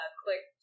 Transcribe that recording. click